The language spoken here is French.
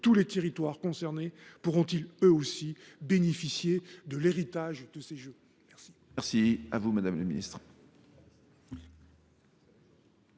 tous les territoires concernés pourront ils eux aussi bénéficier de l’héritage des Jeux ? La